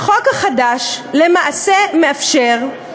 החוק החדש למעשה מאפשר,